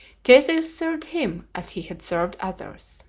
theseus served him as he had served others